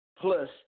plus